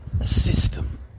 system